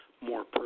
more